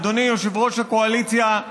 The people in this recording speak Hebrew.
אדוני יושב-ראש הקואליציה,